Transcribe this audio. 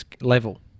level